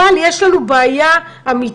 אבל יש לנו בעיה אמיתית,